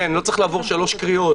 כן, לא צריך לעבור שלוש קריאות.